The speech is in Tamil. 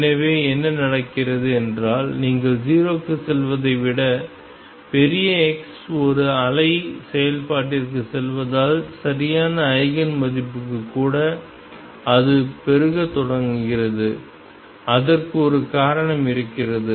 எனவே என்ன நடக்கிறது என்றால் நீங்கள் 0 க்குச் செல்வதை விட பெரிய x ஒரு அலை செயல்பாட்டிற்குச் செல்வதால் சரியான ஐகேன் மதிப்புக்கு கூட அது பெருகத் தொடங்குகிறது அதற்கு ஒரு காரணம் இருக்கிறது